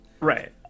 right